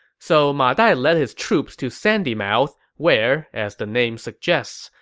so ma dai led his troops to sandymouth, where, as the name suggests,